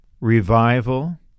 revival